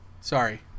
Sorry